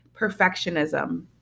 perfectionism